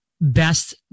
best